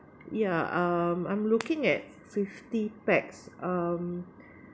yeah um I'm looking at fifty pax um